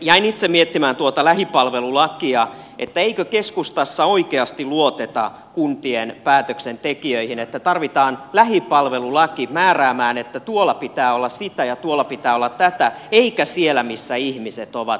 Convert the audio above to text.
jäin itse miettimään tuota lähipalvelulakia ja sitä eikö keskustassa oikeasti luoteta kuntien päätöksentekijöihin että tarvitaan lähipalvelulaki määräämään että tuolla pitää olla sitä ja tuolla pitää olla tätä eikä siellä missä ihmiset ovat